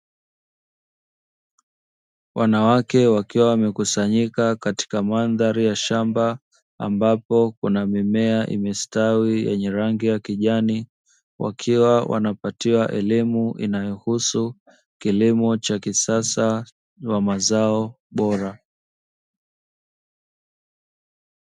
Wanawake wakiwa wamekusanyika katika mandhari ya shamba ambapo kuna mimea imestawi yenye rangi ya kijani wakiwa wanapatiwa elimu inayohusu kilimo cha kisasa ya mazao bora.